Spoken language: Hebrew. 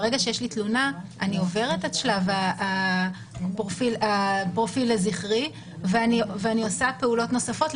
אני עוברת את שלב הפרופיל הזכרי ואני עושה פעולות נוספות,